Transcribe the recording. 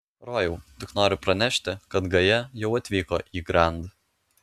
rojau tik noriu pranešti kad gaja jau atvyko į grand